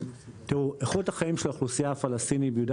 איכות החיים של האוכלוסייה הפלסטינית ביהודה